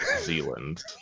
Zealand